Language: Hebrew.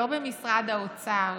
לא במשרד האוצר